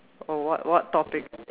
oh what what topic